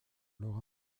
leur